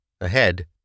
Ahead